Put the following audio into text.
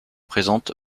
présente